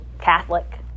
Catholic